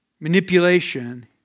manipulation